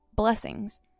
blessings